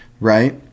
right